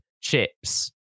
chips